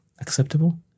acceptable